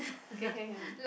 okay can can